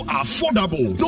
affordable